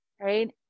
right